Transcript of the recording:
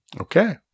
Okay